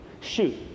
Shoot